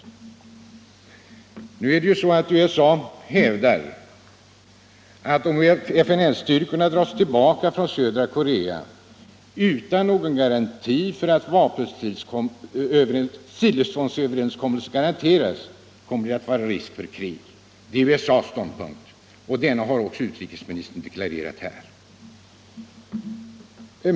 Men nu är det så att USA hävdar, att om FN-styrkorna dras tillbaka från södra Korea utan några garantier för att vapenstilleståndsöverenskommelsen följs, så kommer det att föreligga risk för krig. Det är USA:s ståndpunkt, och den har också utrikesministern deklarerat här.